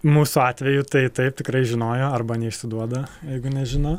mūsų atveju tai taip tikrai žinojo arba neišsiduoda jeigu nežino